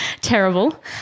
terrible